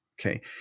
Okay